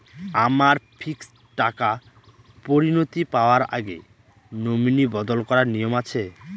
আমার ফিক্সড টাকা পরিনতি পাওয়ার আগে নমিনি বদল করার নিয়ম আছে?